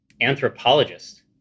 anthropologist